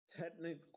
technically